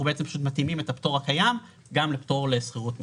אנחנו פשוט מתאימים את הפטור הקיים גם לפטור לשכירות מוסדית.